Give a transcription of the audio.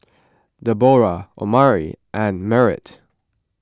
Deborrah Omari and Merritt